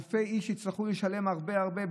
אלפי איש יצטרכו לשלם הרבה הרבה.